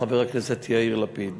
חבר הכנסת יאיר לפיד,